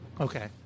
Okay